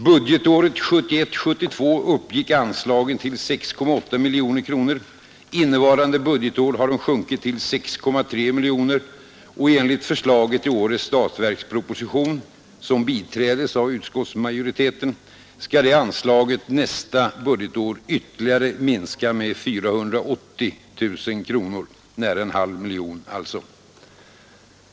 Budgetåret 1971/72 uppgick anslaget till 6,8 miljoner, och enligt förslaget i årets statsverksproposition, som biträds av utskottsmajoriteten, skall detta anslag nästa budgetår ytterligare minska med 480 000 kronor, alltså nära en halv miljon kronor.